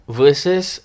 versus